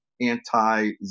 anti